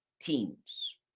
teams